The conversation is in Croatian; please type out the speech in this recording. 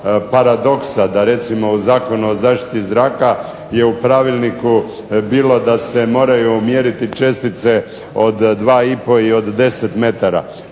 da recimo u Zakonu o zaštiti zraka je u pravilniku bilo da se moraju mjeriti čestice od 2 i pol i od 10 metara.